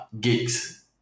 gigs